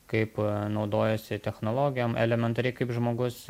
kaip naudojasi technologijom elementariai kaip žmogus